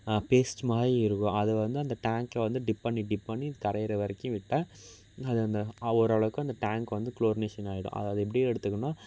paste மாதிரி இருக்கும் அது வந்து அந்த டேங்க்கில் வந்து டிப் பண்ணி டிப் பண்ணி கரைகிற வரைக்கும் விட்டால் அது வந்துடும் அது ஓரளவுக்கு அந்த டேங்க் வந்து குளோரினேஷன் ஆகிடும் அதாவது எப்படி எடுத்துக்கணுன்னா